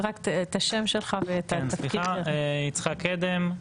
יצחק קדם,